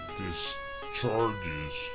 discharges